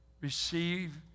Receive